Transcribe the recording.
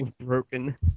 broken